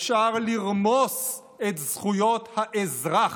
אפשר לרמוס את זכויות האזרח,